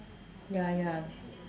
ya ya